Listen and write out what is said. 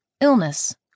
illness